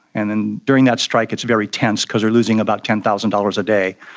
and and during that strike it's very tense because they're losing about ten thousand dollars a day.